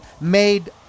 made